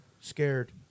Scared